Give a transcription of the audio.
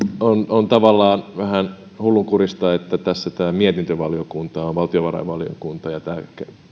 on on tavallaan vähän hullunkurista että tässä mietintövaliokuntana on valtiovarainvaliokunta ja tämä